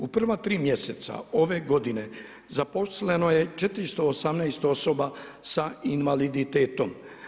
U prva tri mjeseca ove godine zaposleno je 418 osoba s invaliditetom.